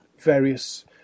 various